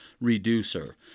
reducer